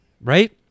Right